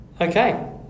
Okay